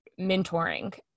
mentoring